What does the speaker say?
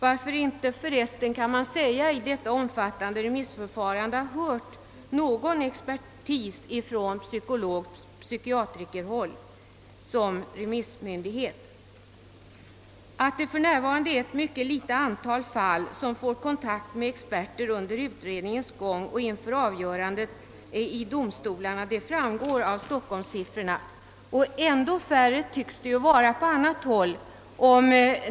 Varför har man förresten inte i detta omfattande remissförfarande hört någon psykologisk och psykiatrisk expertis som remissmyndighet? Att för närvarande ett mycket litet antal fall får kontakt med experter under utredningens gång och inför avgörandet i domstolarna framgår av stockholmssiffrorna. Ännu färre tycks dessa fall vara på andra håll.